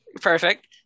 perfect